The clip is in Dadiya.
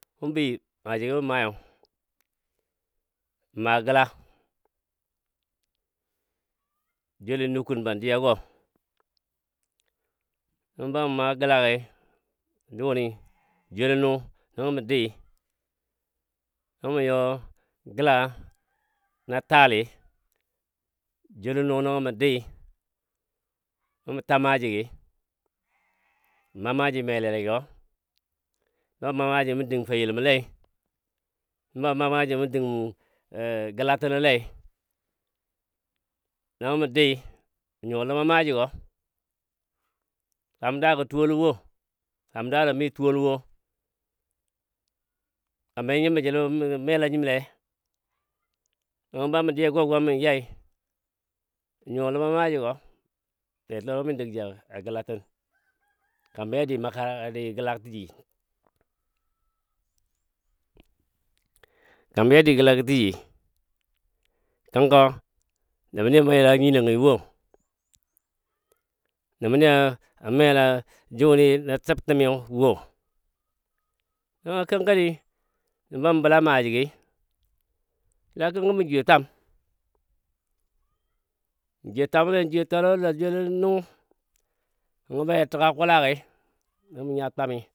mu bəi maaji gɔ mə mai yo, n'maa gəla joul lɔ nukun ban di ago, nəngɔ ba mə maa gəla gii duuni joulɔ nu nəngɔ mə dii nəngɔ mə you gəla na taali joulɔ nu nəngɔ mə dii nəngɔ mə ta maaji gii mə maa maji malali gɔ bamə maa maji gɔ mə dəng feyiləmɔ le nəngɔ be məma maajigɔ mə dəng gəlatənɔ le, nəngɔ mə dii ynuwa ləma maaji gɔ kam daa gɔ tuwolɔ wo, kam daagɔ mi tuwolɔ wo, kambi nyimbɔ jəl mu mela jimle nəngɔ bamə dii a gou gwam mə yai ynuwa ləma maaji gɔ betəlomi ndəgji a a gəlatən kambi a dii makaran a dii gəla gɔ tiji kambi a dii gəlagɔ tiji kənkɔ nəbni mela nyinɔnyi wo nəbni a mela juni na siftəmiyo wo, nəngɔ kənkəni bamə bəla maaji gii a kənki mə juyo twam, mə juyo twamɔ le juyo twamo a la joulo nu nəngo baja təga kulagii nəngɔ mə nya twami.